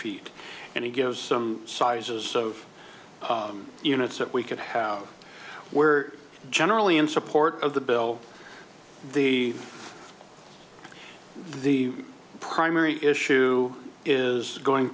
feet and it gives some sizes of units that we could have where generally in support of the bill the the primary issue is going